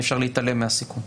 אי אפשר להתעלם מהסיכון.